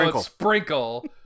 sprinkle